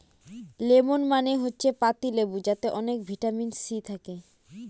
lemon মানে হচ্ছে পাতি লেবু যাতে অনেক ভিটামিন সি থাকে